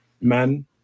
men